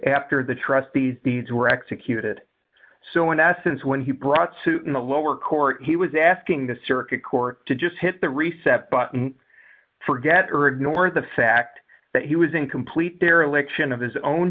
after the trust the deeds were executed so in essence when he brought suit in the lower court he was asking the circuit court to just hit the reset button forget or ignore the fact that he was in complete dereliction of his own